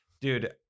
dude